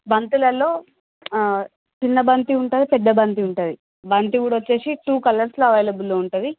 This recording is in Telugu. బంతులలో చిన్న బంతి ఉంటుంది పెద్ద బంతి ఉంటుంది బంతి కూడా వచ్చేసి టు కలర్సులో అవైలబుల్ ఉంటుంది